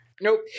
Nope